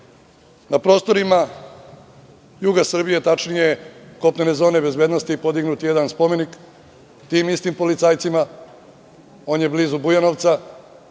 Na prostorima juga Srbije, tačnije kopnene zone bezbednosti, podignut je jedan spomenik tim istim policajcima. On je blizu Bujanovca,